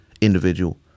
individual